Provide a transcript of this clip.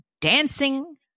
Dancing